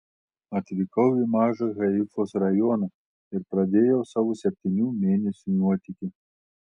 atvykau į mažą haifos rajoną ir pradėjau savo septynių mėnesių nuotykį